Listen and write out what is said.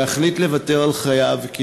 ויחליט לוותר על חייו,